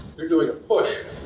you're doing to push.